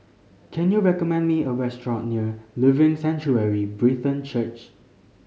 can you recommend me a restaurant near Living Sanctuary Brethren Church